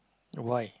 why